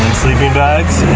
sleeping bags.